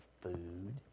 food